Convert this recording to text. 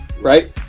right